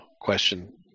question